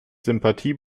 sympathie